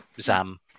zam